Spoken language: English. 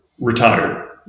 retired